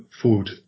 food